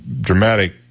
dramatic